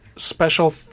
Special